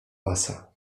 pasa